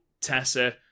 Tessa